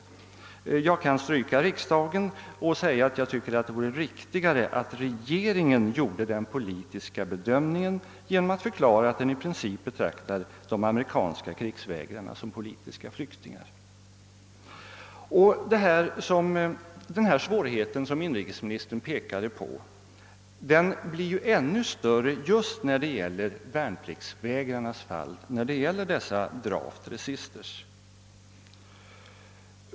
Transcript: Men jag kan stryka riksdagen och säga, att det vore riktigare att regeringen gjorde den politiska bedömningen genom att förklara, att. den i princip betraktar. de amerikanska krigsvägrarna som politiska flyktingar. Den svårighet som' inrikesministern pekade på blir ännu 'större just när det gäller krigsvägrarnas fall — dessa draft resistors.